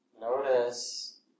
notice